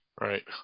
Right